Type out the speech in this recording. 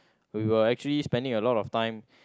we were actually spending a lot of time